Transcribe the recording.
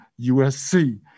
USC